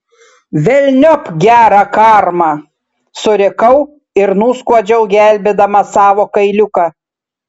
velniop gerą karmą surikau ir nuskuodžiau gelbėdama savo kailiuką